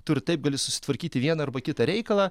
tu ir taip gali susitvarkyti vieną arba kitą reikalą